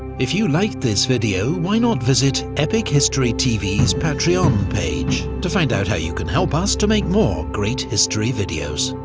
if you liked this video, why not visit epic history tv's patreon page to find out how you can help us to make more great history videos.